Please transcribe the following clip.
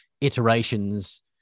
iterations